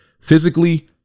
Physically